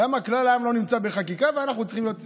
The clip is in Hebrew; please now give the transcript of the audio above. למה כלל העם לא נמצא בחקיקה ואנחנו צריכים להיות בחקיקה,